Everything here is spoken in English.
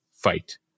fight